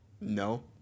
No